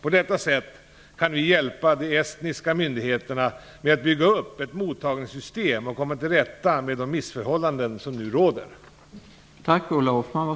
På detta sätt kan vi hjälpa de estniska myndigheterna med att bygga upp ett mottagningssystem och komma till rätta med de missförhållanden som nu råder.